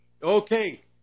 Okay